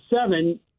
seven